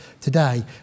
today